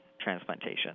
transplantation